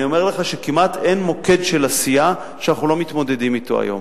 אני אומר לך שכמעט אין מוקד של עשייה שאנחנו לא מתמודדים אתו היום,